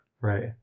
Right